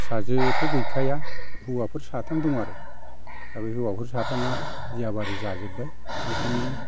फिसाजोथ' गैखाया हौवाफोर साथाम दं आरो दा बे हौवाफोर साथामा बियाबारि जाजोब्बाय बिदिनो